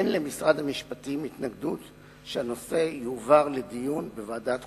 אין למשרד המשפטים התנגדות להעברת הנושא לדיון בוועדה חוקה,